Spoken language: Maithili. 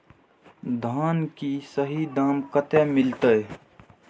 धान की सही दाम कते मिलते?